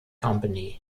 company